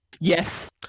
Yes